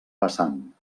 vessant